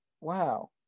wow